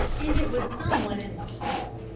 and it was some one in the hall.